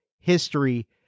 history